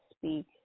speak